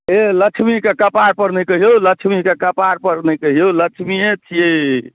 हे लक्ष्मीके कपारपर नहि कहियौ लक्ष्मीके कपारपर नहि कहियौ लक्ष्मिए छियै